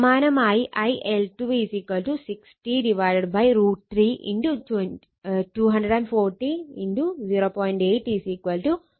സമാനമായി IL2 60 √ 3 × 240 × 0